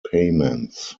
payments